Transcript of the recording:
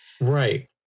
right